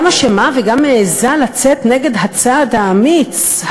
גם אשמה וגם מעזה לצאת נגד הצעד האמיץ,